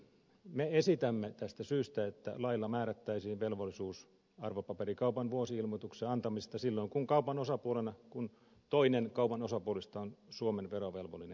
me esitämme tästä syystä että lailla määrättäisiin velvollisuus arvopaperikaupan vuosi ilmoituksen antamisesta silloin kun toinen kaupan osapuolista on suomen verovelvollinen